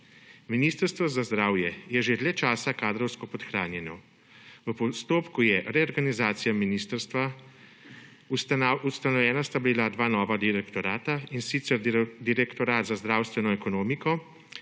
Ministrstvo za zdravje je že dlje časa kadrovsko podhranjeno. V postopku je reorganizacija ministrstva, ustanovljena sta bila dva nova direktorata, in sicer Direktorat za zdravstveno ekonomiko